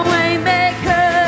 Waymaker